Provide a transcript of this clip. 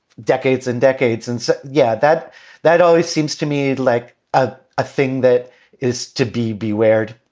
decades and decades. and so yeah, that that always seems to me like a ah thing that is to be bewildered